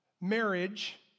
Marriage